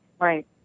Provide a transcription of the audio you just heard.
Right